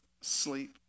sleep